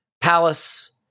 Palace